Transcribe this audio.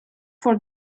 for